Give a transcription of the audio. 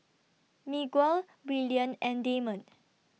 Miguel Willian and Damond